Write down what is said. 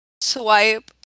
swipe